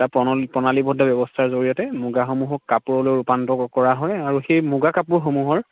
প্ৰণালীবব্ধ ব্যৱস্থাৰ জৰিয়তে মুগাসমূহক কাপোৰলৈ ৰূপান্তৰ কৰা হয় আৰু আৰু সেই মুগা কাপোৰসমূহৰ